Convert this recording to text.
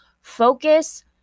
focus